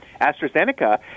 AstraZeneca